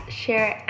share